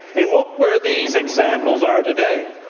and look where these examples are today.